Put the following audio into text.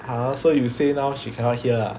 !huh! so you say now she cannot hear ah